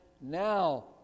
now